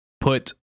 put